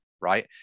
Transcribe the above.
right